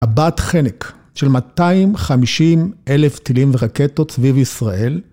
טבעת חנק של 250 אלף טילים ורקטות סביב ישראל.